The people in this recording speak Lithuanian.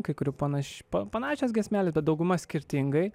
kai kurių panašių panašios giesmelės bet dauguma skirtingai